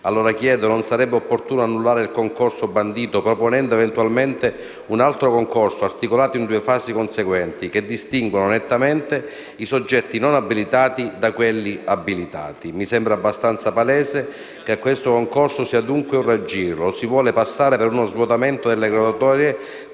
pertanto se non sarebbe opportuno annullare il concorso bandito, proponendo eventualmente un altro concorso articolato in due fase conseguenti, che distinguano nettamente i soggetti non abilitati da quelli abilitati. Mi sembra abbastanza palese che questo concorso sia un raggiro: lo si vuole far passare per uno svuotamento delle graduatorie